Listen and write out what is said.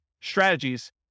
strategies